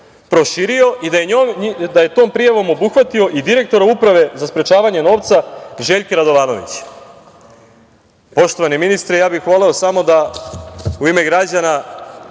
proširio i da je tom prijavom obuhvatio i direktora Uprave za sprečavanje pranja novca Željka Radovanović. Poštovani ministre, ja bih voleo samo da u ime građana